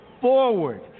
forward